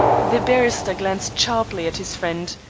the barrister glanced sharply at his friend.